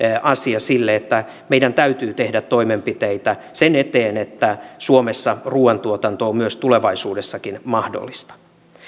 asia siinä että meidän täytyy tehdä toimenpiteitä sen eteen että suomessa ruuantuotanto on tulevaisuudessakin mahdollista